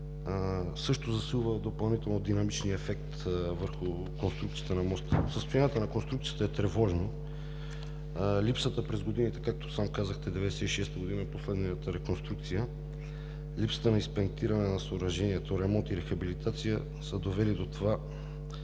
също засилва допълнително динамичния ефект върху конструкцията на моста. Състоянието на конструкцията е тревожно. Липсата през годините, както сам казахте, 1996 г. е последната реконструкция, липсата на инспектиране на съоръжението, ремонт и рехабилитация, са довели до това